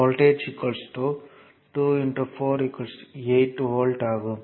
voltage 2 4 8 volt ஆகும்